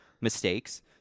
mistakes